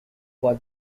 for